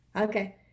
Okay